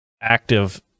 active